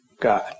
God